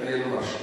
אני לא מרשה.